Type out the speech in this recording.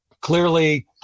Clearly